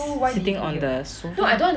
sitting on the sofa